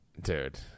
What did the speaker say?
Dude